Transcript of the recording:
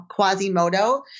Quasimodo